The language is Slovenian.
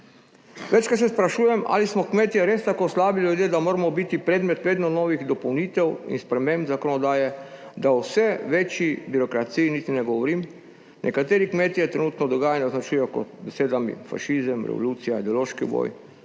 Večkrat se sprašujem, ali smo kmetje res tako slabi ljudje, da moramo biti predmet vedno novih dopolnitev in sprememb zakonodaje, da o vse večji birokraciji niti ne govorim. Nekateri kmetje trenutno dogajanje označujejo z besedami fašizem, revolucija, ideološki boj.